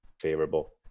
favorable